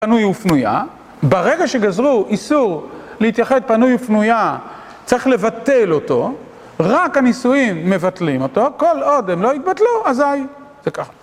פנוי ופנויה, ברגע שגזרו איסור להתייחד פנוי ופנויה צריך לבטל אותו, רק הנישואים מבטלים אותו, כל עוד הם לא התבטלו אזי, זה ככה